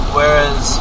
Whereas